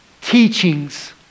teachings